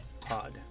Pod